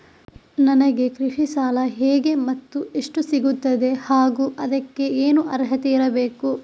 ನನಗೆ ಕೃಷಿ ಸಾಲ ಹೇಗೆ ಮತ್ತು ಎಷ್ಟು ಸಿಗುತ್ತದೆ ಹಾಗೂ ಅದಕ್ಕೆ ಏನು ಅರ್ಹತೆ ಇರಬೇಕು?